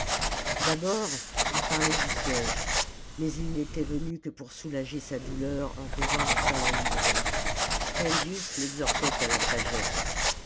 d'abord il parlait du siège mais il n'était venu que pour soulager sa douleur en causant de salammbô spendius l'exhortait à la sagesse